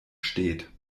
steht